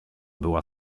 była